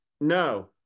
no